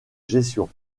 gestion